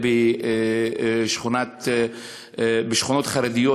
בשכונות חרדיות,